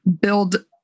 build